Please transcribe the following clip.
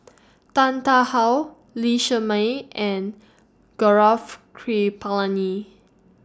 Tan Tarn How Lee Shermay and Gaurav Kripalani